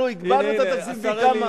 אנחנו הגדלנו את התקציב פי כמה.